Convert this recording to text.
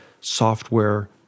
software